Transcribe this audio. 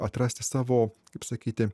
atrasti savo kaip sakyti